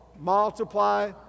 multiply